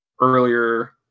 earlier